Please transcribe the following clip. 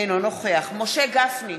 אינו נוכח משה גפני,